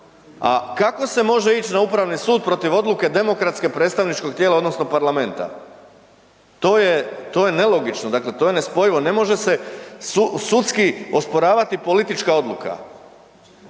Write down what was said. A kako se može ić na upravni sud protiv odluke demokratske predstavničkog tijela odnosno parlamenta? To je, to je nelogično, dakle to je nespojivo. Ne može se sudski osporavati politička odluka,